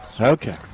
Okay